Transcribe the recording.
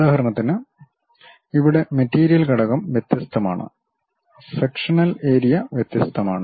ഉദാഹരണത്തിന് ഇവിടെ മെറ്റീരിയൽ ഘടകം വ്യത്യസ്തമാണ് സെക്ഷനൽ ഏരിയ വ്യത്യസ്തമാണ്